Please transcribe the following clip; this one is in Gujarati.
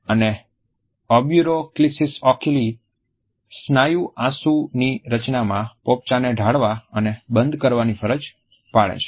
અને ઓર્બિક્યુલારિસ ઓક્યુલાઇ સ્નાયુ આંસુની રચનામાં પોપચાને ઢાળવા અને બંધ કરવાની ફરજ પાડે છે